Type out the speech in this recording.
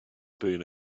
been